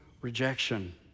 rejection